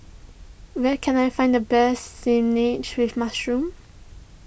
where can I find the best Spinach with Mushroom